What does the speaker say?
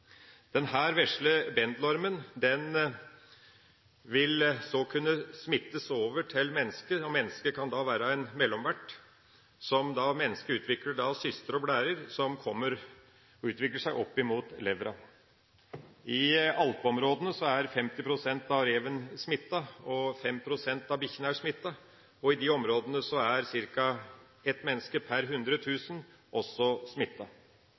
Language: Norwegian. vesle bendelormen vil så kunne smitte over til mennesker, og mennesket kan da være en mellomvert. Mennesket utvikler da cyster og blærer som kommer og utvikler seg opp mot leveren. I alpeområdene er 50 pst. av revene og 5 pst. av bikkjene smittet, og i de områdene er ca. ett menneske per 100 000 også